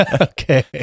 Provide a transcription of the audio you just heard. Okay